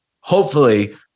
Hopefully-